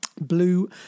Blue